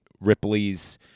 Ripley's